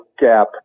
gap